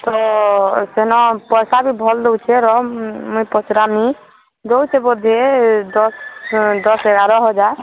ତ ସେନ ପଇସା ବି ଭଲ୍ ଦେଉଛେ ର ମୁଇଁ ପଚ୍ରାମି ଦେଉଛେ ବୋଧେ ଦଶ୍ ଦଶ୍ ଏଗାର ହଜାର୍